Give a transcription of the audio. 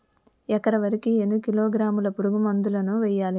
ఎకర వరి కి ఎన్ని కిలోగ్రాముల పురుగు మందులను వేయాలి?